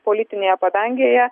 politinėje padangėje